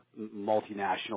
multinational